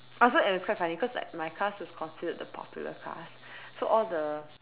oh so it was quite funny cause like my class is considered the popular class so all the